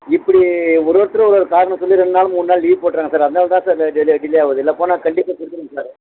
இப்படி ஒரு ஒருத்தரும் ஒரு ஒரு காரணம் சொல்லி ரெண்டு நாள் மூணு நாள் லீவு போட்டுட்றாங்க சார் அதனால தான் சார் டிலே டிலே ஆகுது இல்லை போனால் கண்டிப்பாக கொடுத்துட்றேங்க சார்